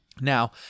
Now